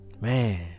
Man